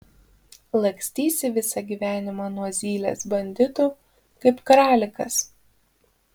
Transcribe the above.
lakstysi visą gyvenimą nuo zylės banditų kaip kralikas